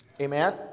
Amen